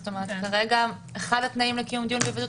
כרגע אחד התנאים לקיום דיון בהיוועדות